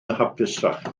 hapusach